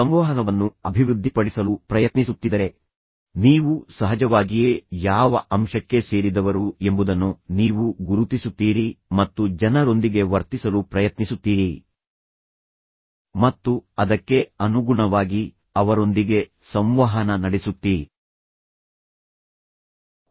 ಸಂವಹನವನ್ನು ಅಭಿವೃದ್ಧಿಪಡಿಸಲು ಪ್ರಯತ್ನಿಸುತ್ತಿದ್ದರೆ ನೀವು ಸಹಜವಾಗಿಯೇ ಯಾವ ಅಂಶಕ್ಕೆ ಸೇರಿದವರು ಎಂಬುದನ್ನು ನೀವು ಗುರುತಿಸುತ್ತೀರಿ ಮತ್ತು ಜನರೊಂದಿಗೆ ವರ್ತಿಸಲು ಪ್ರಯತ್ನಿಸುತ್ತೀರಿ ಮತ್ತು ಅದಕ್ಕೆ ಅನುಗುಣವಾಗಿ ಅವರೊಂದಿಗೆ ಸಂವಹನ ನಡೆಸುತ್ತೀರಿ